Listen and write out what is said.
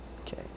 Okay